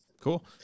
Cool